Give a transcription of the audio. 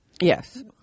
Yes